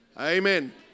Amen